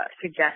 suggest